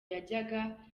yajyaga